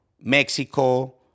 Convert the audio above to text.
Mexico